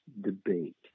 debate